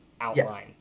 outline